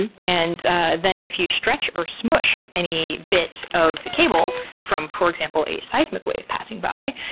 and and then if you stretch or smush any bit of the cable from, for example, a seismic wave passing by,